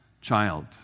child